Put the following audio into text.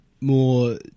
more